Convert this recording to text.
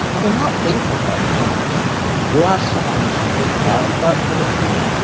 but they're not thinking about much you ask someone who's freaked out about public speaking,